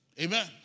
Amen